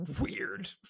weird